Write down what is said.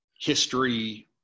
history